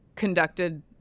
conducted